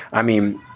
i mean,